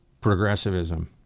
progressivism